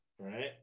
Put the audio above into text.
Right